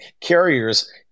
carriers